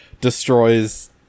destroys